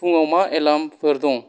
फुङाव मा एलार्मफोर दं